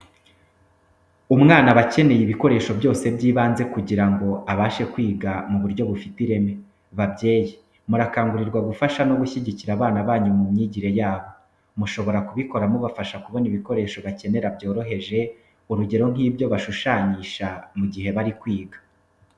Umwana aba akeneye ibikoresho byose by'ibanze kugira ngo abashe kwiga mu buryo bufite ireme. Babyeyi murakangurirwa gufasha no gushyigikira abana banyu mu myigire yabo. Mushobora kubikora mubafasha kubona ibikoresho bakenera byoroheje, urugero nk'ibyo bashushanyisha mu gihe bari kwiga.